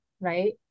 right